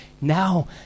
Now